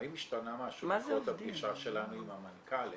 האם השתנה משהו בעקבות הפגישה שלנו עם המנכ"ל?